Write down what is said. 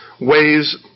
ways